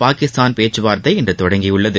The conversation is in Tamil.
பாகிஸ்தான் பேச்சுவார்த்தை இன்று தொடங்கியுள்ளது